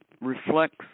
reflects